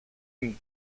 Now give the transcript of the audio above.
μου